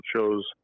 shows